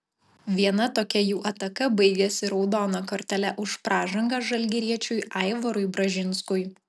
viena tokia jų ataka baigėsi raudona kortele už pražangą žalgiriečiui aivarui bražinskui